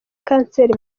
kanseri